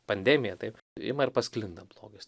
pandemija taip ima ir pasklinda blogis